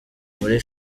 muri